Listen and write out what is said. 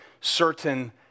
certain